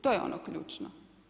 To je ono ključno.